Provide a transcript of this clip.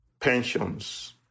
pensions